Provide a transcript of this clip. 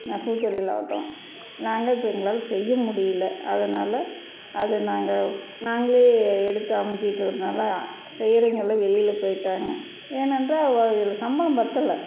நெசவுத்தொழிலாகட்டும் நாங்கள் இப்போ எங்களால் செய்ய முடியிலை அதனால் அது நாங்கள் நாங்களே எடுத்து அமைச்சுக்கிட்டதுனால செய்றவைங்கெள்லாம் வெளியில போயிவிட்டாங்க ஏன் என்றால் அவங்களுக்கு சம்பளம் பத்தலை